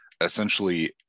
essentially